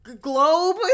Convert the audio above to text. globe